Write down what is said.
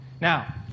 Now